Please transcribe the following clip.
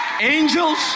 Angels